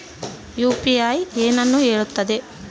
UPI ಏನನ್ನು ಹೇಳುತ್ತದೆ?